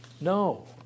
no